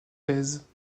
pèse